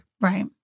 Right